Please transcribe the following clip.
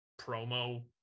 promo